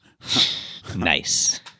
nice